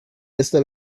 esta